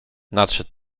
nadszedł